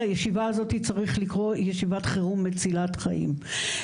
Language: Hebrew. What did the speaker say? לישיבה הזאת צריך לקרוא ישיבת חירום מצילת חיים.